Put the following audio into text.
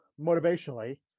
motivationally